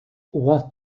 what